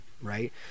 right